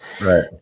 Right